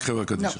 רק חברה קדישא.